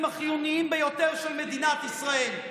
החיוניים ביותר של מדינת ישראל.